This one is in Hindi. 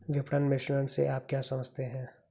विपणन मिश्रण से आप क्या समझते हैं?